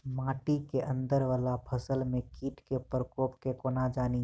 माटि केँ अंदर वला फसल मे कीट केँ प्रकोप केँ कोना जानि?